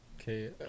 Okay